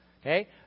Okay